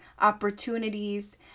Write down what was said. opportunities